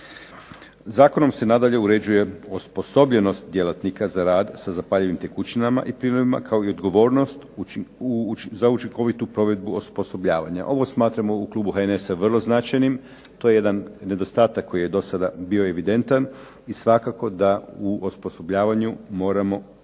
Zakonom se nadalje uređuje osposobljenost djelatnika za rad sa zapaljivim tekućinama i plinovima, kao i odgovornost za učinkovitu provedbu osposobljavanja. Ovo smatramo u klubu HNS-a vrlo značajnim. To je jedan nedostatak koji je do sada bio evidentan i svakako da u osposobljavanju moramo djelatnike